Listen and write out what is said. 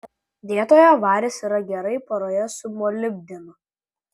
dietoje varis yra gerai poroje su molibdenu